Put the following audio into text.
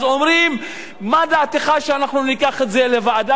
אז אומרים: מה דעתך שאנחנו ניקח את זה לוועדה?